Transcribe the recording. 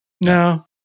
No